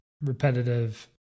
repetitive